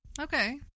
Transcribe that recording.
Okay